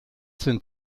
sind